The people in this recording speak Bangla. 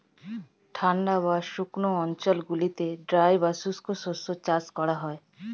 ঠান্ডা বা শুকনো অঞ্চলগুলিতে ড্রাই বা শুষ্ক শস্য চাষ করা হয়